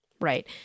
Right